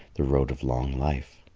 the road of long life.